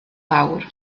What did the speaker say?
fawr